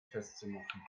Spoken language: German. festzumachen